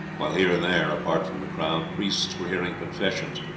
while here and there, apart from the crowd, priests were hearing confessions,